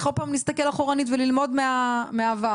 עוד פעם להסתכל אחורנית וללמוד מהעבר.